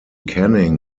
canning